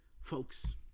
folks